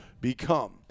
become